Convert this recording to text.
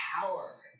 power